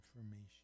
information